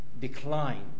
decline